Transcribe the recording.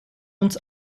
uns